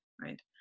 right